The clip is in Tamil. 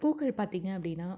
பூக்கள் பார்த்தீங்க அப்படின்னா